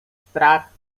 strach